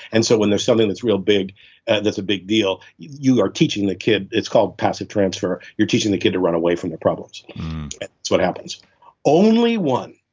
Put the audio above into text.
and so when there's something that's real big that's a big deal you are teaching the kid, it's called passive transfer, you're teaching the kid to run away from the problems. that's what happens only one,